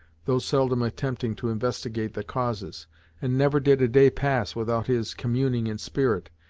though seldom attempting to investigate the causes and never did a day pass without his communing in spirit,